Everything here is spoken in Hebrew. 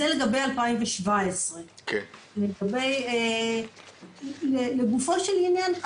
זה לגבי 2017. לגופו של עניין,